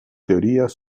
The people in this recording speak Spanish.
teorías